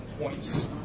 points